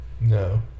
no